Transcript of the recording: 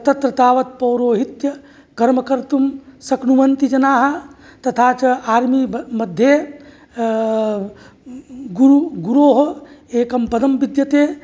तत्र तावत् पौरोहित्यं कर्म कर्तुं शक्नुवन्ति जनाः तथा च आर्मी ब मध्ये गुरु गुरोः एकं पदं विद्यते